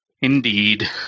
indeed